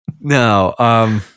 No